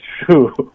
true